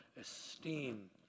esteem